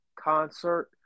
concert